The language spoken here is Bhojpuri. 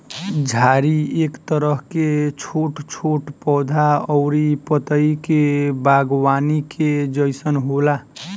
झाड़ी एक तरह के छोट छोट पौधा अउरी पतई के बागवानी के जइसन होला